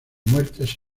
muertes